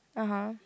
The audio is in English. (uh huh)